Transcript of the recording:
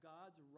God's